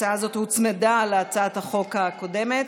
ההצעה הזאת הוצמדה להצעת החוק הקודמת.